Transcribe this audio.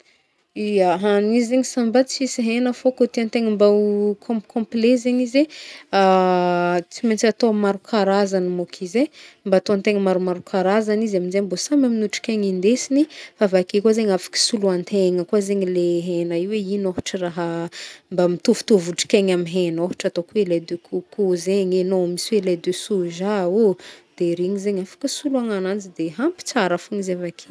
Ya, hagniny i zegny sa mba tsisy hena fô koa tian-tegna mba ho com-complet zegny izy e, tsy maintsy atao maro karazagny môko izy e, ataogn'tegna maromro karazagny izy amzay mba samy amin'ny otrik'aigna hindesigny, avake koa zegny afaka soloan-tegna koa zegny le hena io hoe ino ôhatra raha mba mitovitovy otrik'aigna amy hena, ôhatra ataoko hoe lait de coco zegny e, na misy hoe lait de soja ô, de regny zegny soloigna agnanjy de ampy tsara fogna izy avake.